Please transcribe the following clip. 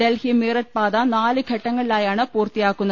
ഡൽഹി മീററ്റ് പാത നാല് ഘട്ടങ്ങളിലായാണ് പൂർത്തിയാക്കുന്നത്